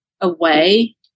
away